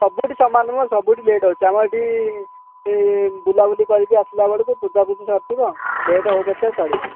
ସବୁଠି ସମାନ ନୁହଁ ସବୁଠି ଲେଟ୍ ହେଉଛି ଆମର ଏହିଠି ବୁଲା ବୁଲି କରିକି ଆସିଲା ବେଳକୁ ପୂଜା ପୂଜି ସରିଥିବ ଲେଟ୍ ହଉ ପଛେ ଚଳିବ